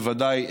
בוודאי,